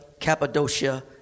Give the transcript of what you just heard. Cappadocia